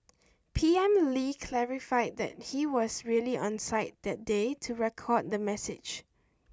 P M Lee clarified that he was really on site that day to record the message